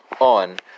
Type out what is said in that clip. On